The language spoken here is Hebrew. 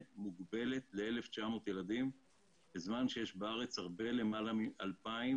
מוגבלת ל-1,900 ילדים בזמן שיש בארץ הרבה מעל מ-2,000,